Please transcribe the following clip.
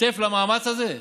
כתף למאמץ הזה?